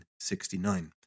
1969